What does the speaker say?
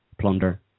plunder